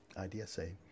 IDSA